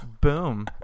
Boom